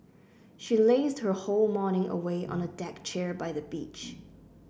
she lazed her whole morning away on a deck chair by the beach